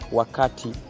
wakati